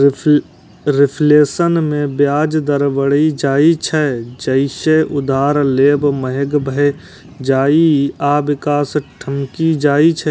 reflation मे ब्याज दर बढ़ि जाइ छै, जइसे उधार लेब महग भए जाइ आ विकास ठमकि जाइ छै